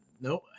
Nope